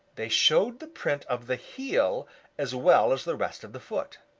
they showed the print of the heel as well as the rest of the foot.